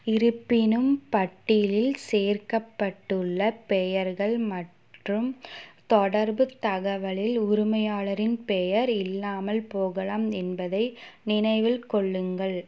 இருப்பினும் பட்டியலில் சேர்க்கப்பட்டுள்ள பெயர்கள் மற்றும் தொடர்புத் தகவலில் உரிமையாளரின் பெயர் இல்லாமல் போகலாம் என்பதை நினைவில் கொள்ளுங்கள்